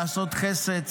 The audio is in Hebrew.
לעשות חסד,